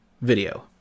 video